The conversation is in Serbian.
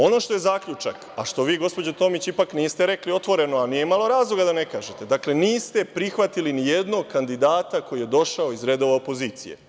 Ono što je zaključak, a što vi gospođo Tomić ipak niste rekli otvoreno, a nije malo razloga da ne kažete, niste prihvatili ni jednog kandidata koji je došao iz redova opozicije.